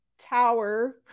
tower